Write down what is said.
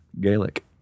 Gaelic